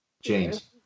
James